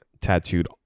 tattooed